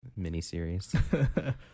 miniseries